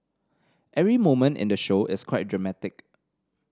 every moment in the show is quite dramatic